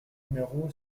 numéro